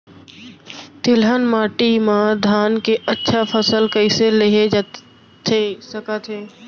तिलहन माटी मा धान के अच्छा फसल कइसे लेहे जाथे सकत हे?